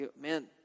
man